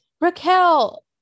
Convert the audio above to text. raquel